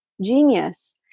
genius